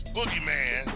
Boogeyman